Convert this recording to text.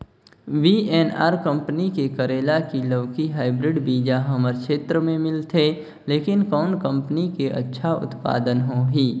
VNR company के करेला की लौकी हाईब्रिड बीजा हमर क्षेत्र मे मिलथे, लेकिन कौन कंपनी के अच्छा उत्पादन होही?